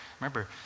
Remember